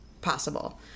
possible